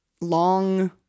long